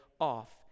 off